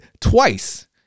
twice